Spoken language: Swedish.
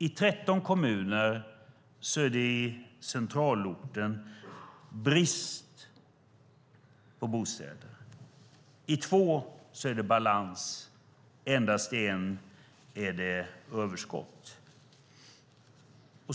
I 13 kommuner är det i centralorten brist på bostäder, i två är det balans. Endast i en kommun är det överskott. Så